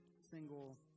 single